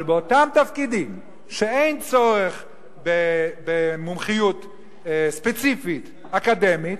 אבל באותם תפקידים שאין צורך במומחיות ספציפית אקדמית,